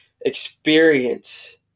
experience